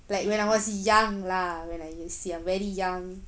like when I was young lah when I was young very young